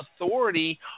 authority